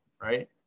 right